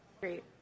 great